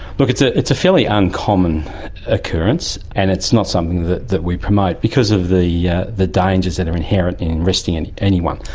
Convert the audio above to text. look, it's ah it's a fairly uncommon occurrence, and it's not something that that we promote because of the yeah the dangers that are inherent in arresting and anyone.